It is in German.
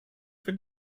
für